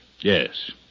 Yes